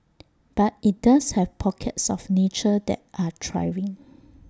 but IT does have pockets of nature that are thriving